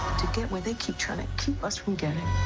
to get where they keep trying to keep us from getting.